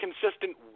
consistent